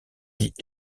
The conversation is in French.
vit